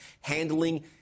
handling